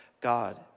God